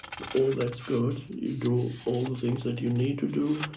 all that's good. you do all the things that you need to do.